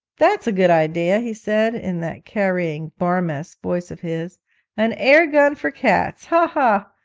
that's a good idea he said, in that carrying bar-mess voice of his an air-gun for cats, ha, ha!